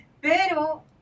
pero